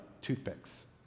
toothpicks